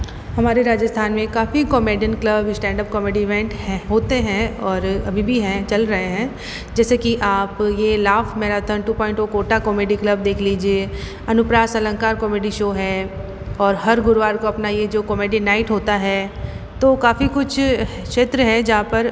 हमारे राजस्थान में काफ़ी comedian club standup comedy event हैं होते हैं और अभी भी हैं चल रहे हैं जैसे के आप ये laugh marathon two point two Kota comedy club देख लिजिए अनुप्रा सालंका कॉमेडी शो है और हर गुरुवार को अपना ये जो कॉमेडी नाइट होता है तो काफ़ी कुछ क्षेत्र है जहाँ पर